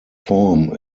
form